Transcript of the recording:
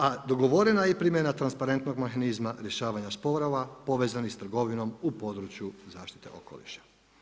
A dogovorena je i primjena transparentnog mehanizma rješavanja sporova povezanih s trgovinom u području zaštite okoliša.